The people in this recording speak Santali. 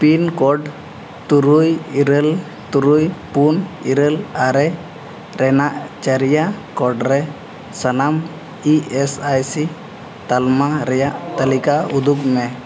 ᱯᱤᱱ ᱠᱳᱰ ᱛᱩᱨᱩᱭ ᱤᱨᱟᱹᱞ ᱛᱩᱨᱩᱭ ᱯᱩᱱ ᱤᱨᱟᱹᱞ ᱟᱨᱮ ᱨᱮᱱᱟᱜ ᱪᱟᱹᱨᱭᱟᱹ ᱠᱚᱸᱰᱨᱮ ᱥᱟᱱᱟᱢ ᱤ ᱮᱥ ᱟᱭ ᱥᱤ ᱛᱟᱞᱢᱟ ᱨᱮᱭᱟᱜ ᱛᱟᱹᱞᱤᱠᱟ ᱩᱫᱩᱜᱽ ᱢᱮ